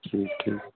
ठीक ठीक